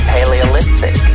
Paleolithic